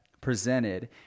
presented